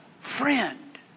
friend